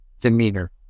demeanor